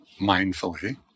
mindfully